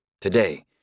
Today